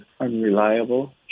unreliable